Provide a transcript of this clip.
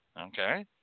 Okay